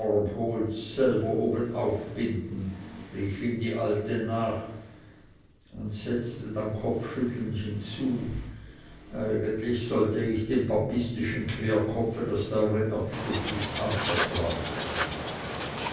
selber obenauf binden rief ihm die alte nach und setzte dann kopfschüttelnd hinzu eigentlich sollt ich dem papistischen querkopfe das teure erbstück nicht anvertrauen